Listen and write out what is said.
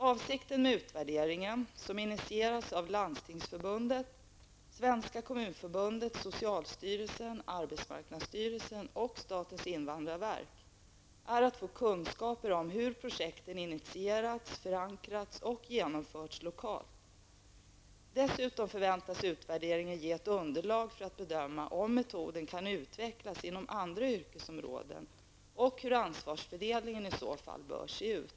Avsikten med utvärderingen, som initierats av Landstingsförbundet, Svenska Kommunförbundet, socialstyrelsen, arbetsmarknadsstyrelsen och statens invandrarverk, är att få kunskaper om hur projekten initierats, förankrats och genomförts lokalt. Dessutom förväntas utvärderingen ge ett underlag för att bedöma om metoden kan utvecklas inom andra yrkesområden och hur ansvarsfördelningen i så fall bör se ut.